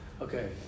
okay